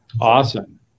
Awesome